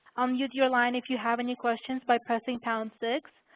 unmute your line if you have any questions by pressing pound six.